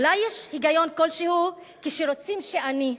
אולי יש היגיון כלשהו כשרוצים שאני,